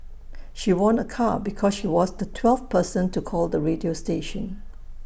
she won A car because she was the twelfth person to call the radio station